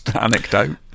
anecdote